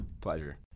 Pleasure